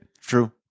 True